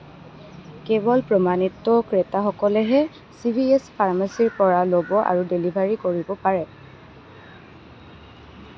কেৱল প্ৰমাণিত ক্ৰেতাসকলেহে চি ভি এছ ফাৰ্মাচীৰ পৰা ল'ব আৰু ডেলিভাৰী কৰিব পাৰে